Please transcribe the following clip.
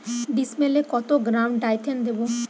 ডিস্মেলে কত gram Dithane দেবো?